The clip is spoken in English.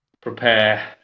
prepare